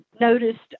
noticed